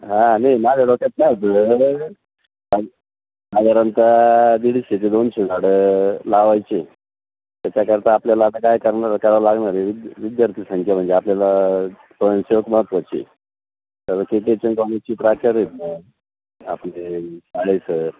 हां नाही माझ्या डोक्यात साधारणतः दीडशे ते दोनशे झाडं लावायचे त्याच्याकरता आपल्याला आता काय करणार करावं लागणार आहे विद्यार्थी संख्या म्हणजे आपल्याला स्वयंसेवक महत्त्वाचे तर प्राचार्य आहेत ना आपले काळे सर